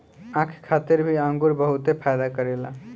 आँख खातिर भी अंगूर बहुते फायदा करेला